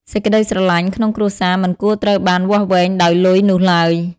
សេចក្តីស្រឡាញ់ក្នុងគ្រួសារមិនគួរត្រូវបានវាស់វែងដោយ "លុយ" នោះឡើយ។